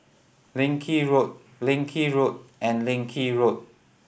Leng Kee Road Leng Kee Road and Leng Kee Road